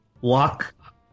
walk